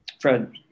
Fred